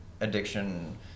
addiction